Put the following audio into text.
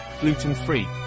gluten-free